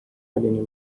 tallinna